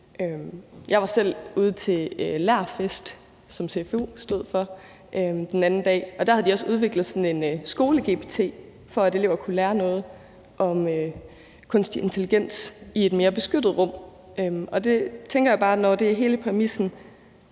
Jeg var selv ude til Lærfest, som CFU stod for, den anden dag, og der havde de også udviklet sådan noget, der hed SkoleGPT, for at eleverne kunne lære noget om kunstig intelligens i et mere beskyttet rum. Der tænker jeg bare, at når det er hele præmissen,